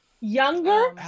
Younger